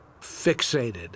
fixated